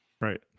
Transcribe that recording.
Right